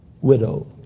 Widow